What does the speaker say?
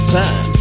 time